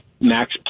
Max